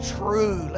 true